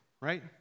right